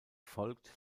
folgt